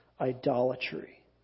idolatry